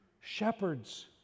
shepherds